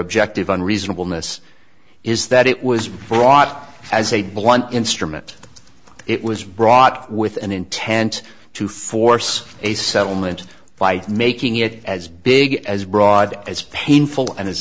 objective and reasonable miss is that it was brought up as a blunt instrument that it was wrought with an intent to force a settlement by making it as big as broad as painful a